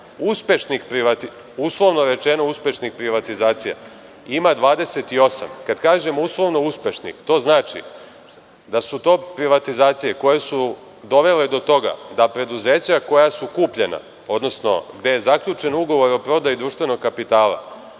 uslovno rečeno uspešnih privatizacija ima 28. Kada kažem uslovno uspešnih, to znači da su to privatizacije koje su dovele do toga da preduzeća koja su kupljena, odnosno gde je zaključen ugovor o prodaji društvenog kapitala,